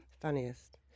Funniest